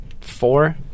four